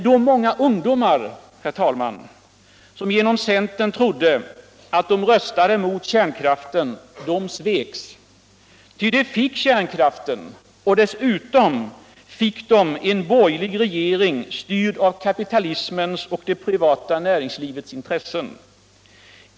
De många ungdomar, herr talman, som genom centern trodde att de röstade mot kärnkraften sveks. Ty de fick kärnkraften och dessutom en borgerlig regering styrd av kapitalismens och det privata näringslivets intressen.